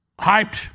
hyped